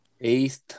Eighth